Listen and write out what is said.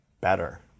better